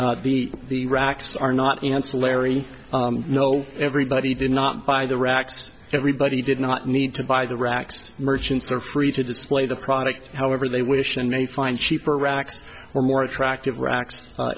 the the racks are not ancillary no everybody did not buy the racks everybody did not need to buy the racks merchants are free to display the product however they wish and may find cheaper racks or more attractive racks